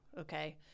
Okay